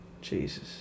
Jesus